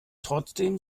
trotzdem